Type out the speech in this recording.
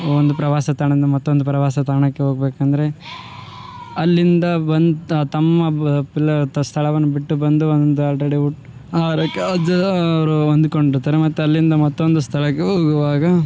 ಒಂದು ಪ್ರವಾಸ ತಾಣದಿಂದ ಮತ್ತೊಂದು ಪ್ರವಾಸ ತಾಣಕ್ಕೆ ಹೋಗಬೇಕಂದ್ರೆ ಅಲ್ಲಿಂದ ಬಂತ ತಮ್ಮ ಬ ಪ್ಲ ತ ಸ್ಥಳವನ್ನು ಬಿಟ್ಟು ಬಂದು ಒಂದು ಆಲ್ರೆಡಿ ಹುಟ ಆಹಾರಕ್ಕದು ಅವರು ಹೊಂದಿಕೊಂಡು ಇರ್ತಾರೆ ಮತ್ತೆ ಅಲ್ಲಿಂದ ಮತ್ತೊಂದು ಸ್ಥಳಕ್ಕೆ ಹೋಗುವಾಗ